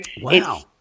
wow